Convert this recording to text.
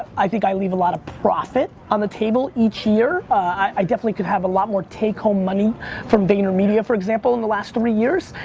i think i leave a lot of profit on the table each year. i definitely could have a lot more take home money from vayner media, for example, in the last three years,